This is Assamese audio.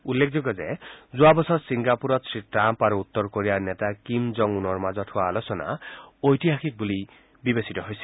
উল্লেখযোগ্য যে যোৱা বছৰ ছিংগাপুৰত শ্ৰী ট্টাম্প আৰু উত্তৰ কোৰিয়াৰ নেতা কিম জং উনৰ মাজত হোৱা আলোচনা ঐতিহাসিক বুলি গণ্য কৰা হৈছিল